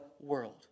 world